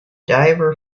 diver